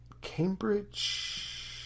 Cambridge